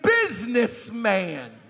businessman